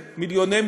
מיליוני,